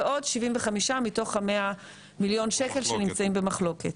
ועוד 75% מתוך ה-100 מיליון שקלים שנמצאים במחלוקת.